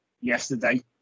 yesterday